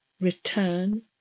return